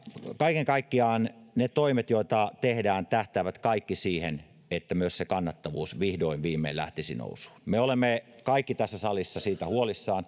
kaiken kaikkiaan kaikki ne toimet joita tehdään tähtäävät siihen että myös se kannattavuus vihdoin viimein lähtisi nousuun me olemme kaikki tässä salissa siitä